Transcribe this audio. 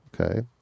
Okay